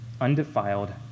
undefiled